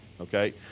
Okay